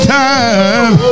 time